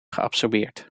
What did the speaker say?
geabsorbeerd